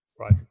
Right